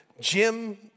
Jim